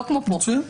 לא כמו פה,